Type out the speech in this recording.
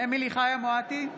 אמילי חיה מואטי,